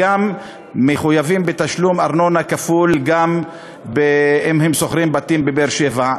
ומחויבים בתשלום ארנונה כפולה אם הם שוכרים בתים בבאר-שבע.